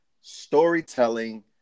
storytelling